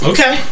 Okay